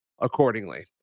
accordingly